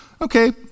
Okay